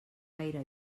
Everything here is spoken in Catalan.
gaire